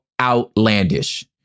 outlandish